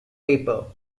paper